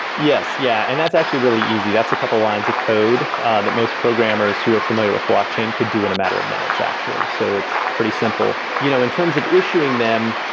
yes. yeah, and that's actually really easy. that's a couple lines of code that most programmers who are familiar with blockchain could do in a matter of minutes actually, so it's pretty simple. you know in terms of issuing them,